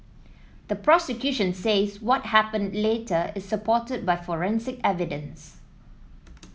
the prosecution says what happened later is supported by forensic evidence